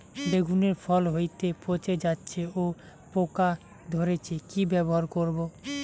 বেগুনের ফল হতেই পচে যাচ্ছে ও পোকা ধরছে কি ব্যবহার করব?